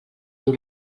diu